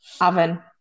Oven